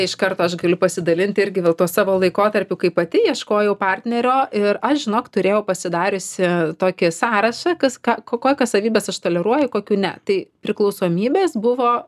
iš karto aš galiu pasidalinti irgi vėl tuo savo laikotarpiu kai pati ieškojau partnerio ir aš žinok turėjau pasidariusi tokį sąrašą kas ką kokias savybes aš toleruoju kokių ne tai priklausomybės buvo